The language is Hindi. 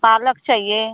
पालक चाहिए